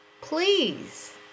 please